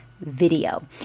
video